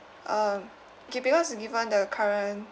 um K because given the current